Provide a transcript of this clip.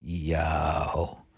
Yo